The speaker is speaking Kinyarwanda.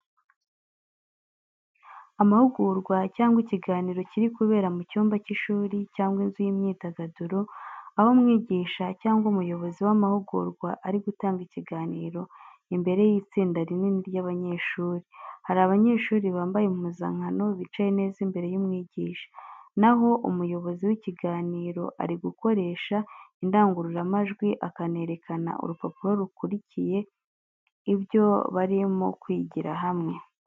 Amahugurwa cyangwa ikiganiro kiri kubera mu cyumba cy’ishuri cyangwa inzu y’imyidagaduro aho umwigisha cyangwa umuyobozi w’amahugurwa ari gutanga ikiganiro imbere y’itsinda rinini ry’abanyeshuri. Hari abanyeshuri bambaye impuzankano bicaye neza imbere y’umwigisha, naho umuyobozi w’ikiganiro ari gukoresha indangururamajwi akanerekana urupapuro rukubiyemo ibyo barimo kwigira hamwe.